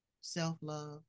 self-love